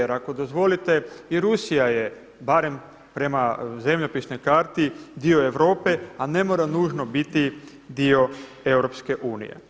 Jer ako dozvolite i Rusija je barem prema zemljopisnoj karti dio Europe, a ne mora nužno biti dio EU.